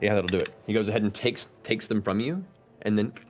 yeah that'll do it. he goes ahead and takes takes them from you and then